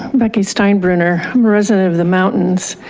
becky steinbruner, resident of the mountains.